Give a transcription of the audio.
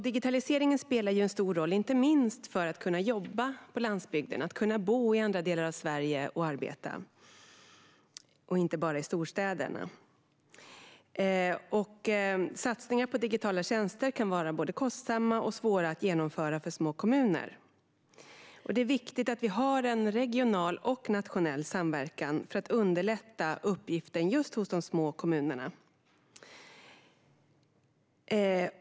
Digitaliseringen spelar en stor roll, inte minst för att människor ska kunna bo och arbeta på landsbygden i andra delar av Sverige, inte bara i storstäderna. Satsningar på digitala tjänster kan vara både kostsamma och svåra att genomföra för små kommuner. Det är viktigt att vi har en regional och nationell samverkan för att underlätta uppgiften just för de små kommunerna.